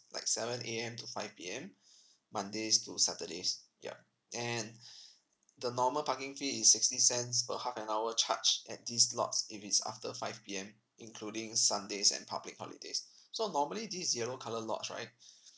like seven A_M to five P_M mondays to saturdays ya and the normal parking fee is sixty cents per half an hour charged at these lots if it's after five P_M including sundays and public holidays so normally these yellow colour lots right